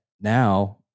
now